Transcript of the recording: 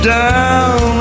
down